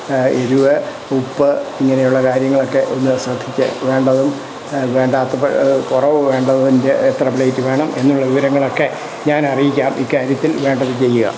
എരിവ് ഉപ്പ് ഇങ്ങനെയുള്ള കാര്യങ്ങളൊക്കെ ഒന്നു ശ്രദ്ധിക്കുക വേണ്ടതും വേണ്ടാത്തതും കുറവും വേണ്ടതിൻ്റെ എത്ര പ്ലേറ്റ് വേണം എന്നുള്ള വിവരങ്ങളൊക്കെ ഞാനറിയിക്കാം ഇക്കാര്യത്തിൽ വേണ്ടത് ചെയ്യുക